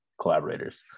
collaborators